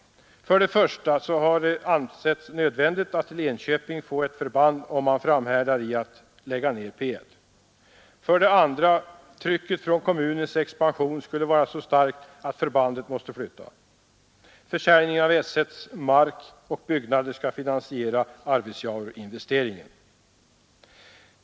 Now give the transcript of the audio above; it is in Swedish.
För det första har det ansetts nödvändigt att Enköping får ett förband om man framhärdar i att lägga ned P1. För det andra skulle trycket från kommunens expansion vara så starkt att förbandet måste flyttas. För det tredje skulle försäljningen av S1:s mark och byggnader till en del finansiera investeringarna i Arvidsjaur.